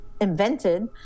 invented